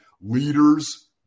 leaders